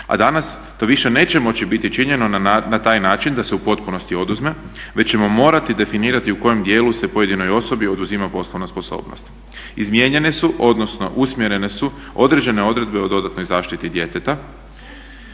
a danas to više neće moći biti činjeno na taj način da se u potpunosti oduzme, već ćemo morati definirati u kojem djelu se pojedinoj osobi oduzima poslovna sposobnost. Izmijenjene su odnosno usmjerene su određene odredbe o dodatnoj zaštiti djeteta.